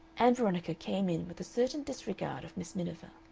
ann veronica came in with a certain disregard of miss miniver.